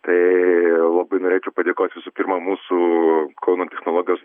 tai labai norėčiau padėkoti visų pirma mūsų kauno technologijos